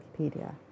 Wikipedia